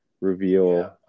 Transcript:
reveal